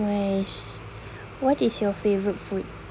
!hais! what is your favourite food